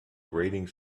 grating